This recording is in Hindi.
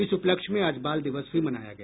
इस उपलक्ष्य में आज बाल दिवस भी मनाया गया